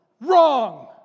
wrong